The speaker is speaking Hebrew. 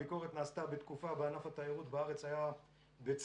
הביקורת נעשתה בתקופה בה ענף התיירות בארץ היה בצמיחה,